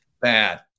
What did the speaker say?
Bad